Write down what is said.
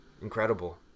incredible